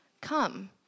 come